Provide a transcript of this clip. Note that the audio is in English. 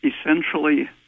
essentially